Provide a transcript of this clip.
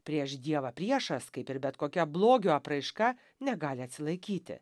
prieš dievą priešas kaip ir bet kokia blogio apraiška negali atsilaikyti